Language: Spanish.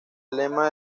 lema